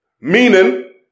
Meaning